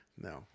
No